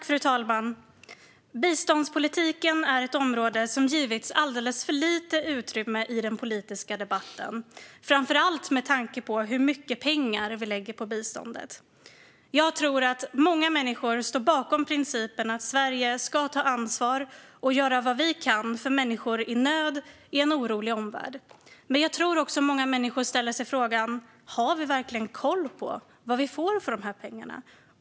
Fru talman! Biståndspolitiken är ett område som givits alldeles för lite utrymme i den politiska debatten, framför allt med tanke på hur mycket pengar vi lägger på biståndet. Jag tror att många människor står bakom principen att vi i Sverige ska ta ansvar och göra vad vi kan för människor i nöd i en orolig omvärld, men jag tror också att många människor ställer sig frågan: Har vi verkligen koll på vad vi får för pengarna?